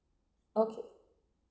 okay